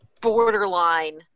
borderline